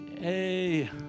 Hey